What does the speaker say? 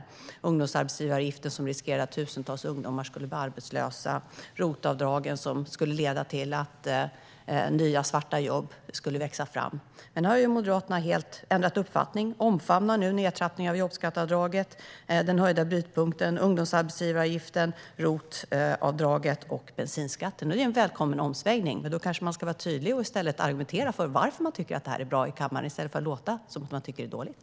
Förändringar av ungdomsarbetsgivaravgiften skulle riskera att tusentals ungdomar skulle bli arbetslösa, och förändringar av ROT-avdraget skulle leda till att nya svarta jobb skulle växa fram. Men nu har Moderaterna helt ändrat uppfattning och omfamnar nedtrappningen av jobbskatteavdraget, den höjda brytpunkten, förändringar av ungdomsarbetsgivaravgiften, ROT-avdraget och bensinskatten. Det är en välkommen omsvängning. Men då ska de kanske vara tydliga och argumentera i kammaren för varför de tycker att detta är bra i stället för att låta som om de tycker att det är dåligt.